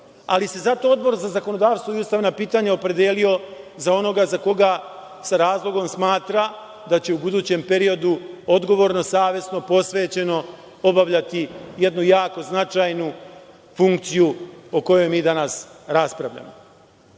ali se zato Odbor za zakonodavstvo i ustavna pitanja opredelio za onoga za koga sa razlogom smatra da će u budućem periodu odgovorno, savesno, posvećeno obavljati jednu jako značajnu funkciju o kojoj mi danas raspravljamo. Kada